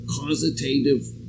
causative